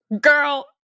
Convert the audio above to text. girl